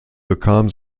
bekam